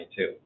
2022